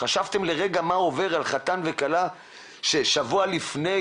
חשבתם רגע מה עובר על חתן וכלה ששבוע לפני